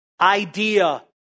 idea